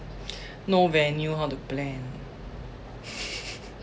no venue how to plan